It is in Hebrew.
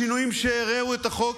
שינויים שהרעו את החוק